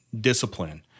discipline